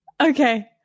Okay